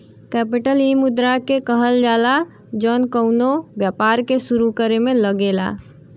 capital इ मुद्रा के कहल जाला जौन कउनो व्यापार के सुरू करे मे लगेला